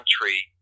country